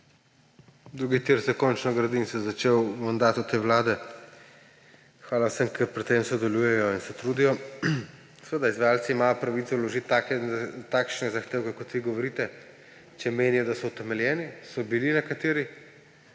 Drugi tir se končno gradi in se je začel v mandatu te vlade. Hvala vsem, ki pri tem sodelujejo in se trudijo. Seveda, izvajalec ima pravico vložiti takšne zahtevke, kot vi govorite, če meni, da so utemeljen; so bili nekateri,